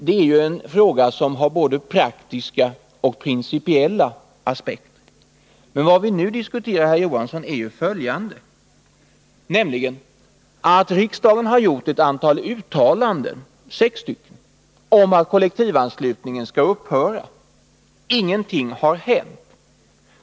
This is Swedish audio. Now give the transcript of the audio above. Den här frågan har både praktiska och principiella aspekter, men vad vi nu diskuterar, herr Johansson, är att riksdagen har gjort ett antal uttalanden — sex stycken — om att kollektivanslutningen skall upphöra. Ingenting har hänt.